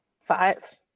five